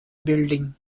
building